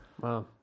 Wow